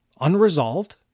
Unresolved